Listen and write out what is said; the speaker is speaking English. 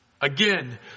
Again